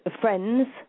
friends